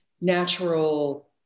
natural